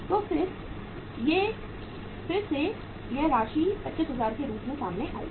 तो फिर से यह राशि 25000 के रूप में सामने आएगी